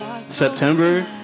September